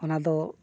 ᱚᱱᱟ ᱫᱚ